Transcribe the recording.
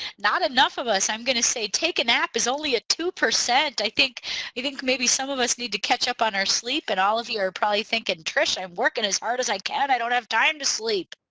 not enough of us i'm gonna say take a nap is only a two percent i think i think maybe some of us need to catch up on our sleep and all of you are probably thinking and trish i'm working as hard as i can i don't have time to sleep.